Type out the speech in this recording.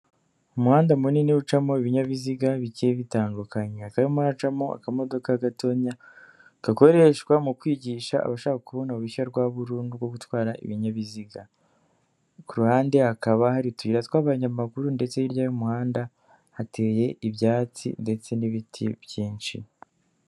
Umuhanda munini ucamo ibinyabiziga bigiye bitandukanye hakaba harimo haracamo akamodoka gatoya gakoreshwa mu kwigisha abashaka kubona uruhushya rwa burundu rwo gutwara ibinyabiziga, ku ruhande hakaba hari utuyira tw'abanyamaguru ndetse hirya y'umuhanda hateye ibyatsi ndetse n'ibiti byinshi.